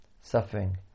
suffering